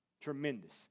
Tremendous